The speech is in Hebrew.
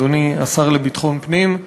אדוני השר לביטחון פנים,